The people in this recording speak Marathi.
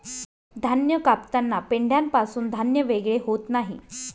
धान्य कापताना पेंढ्यापासून धान्य वेगळे होत नाही